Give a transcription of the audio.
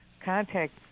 contact